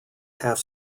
half